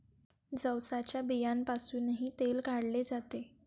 जवसाच्या बियांपासूनही तेल काढले जाते